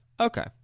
Okay